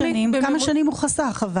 הוא חסך?